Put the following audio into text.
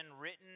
written